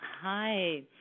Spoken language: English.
Hi